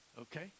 Okay